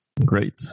Great